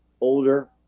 older